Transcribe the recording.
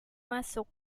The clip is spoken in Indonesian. masuk